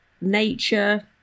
nature